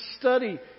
study